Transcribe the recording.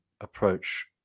approach